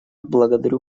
благодарю